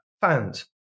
fans